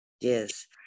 Yes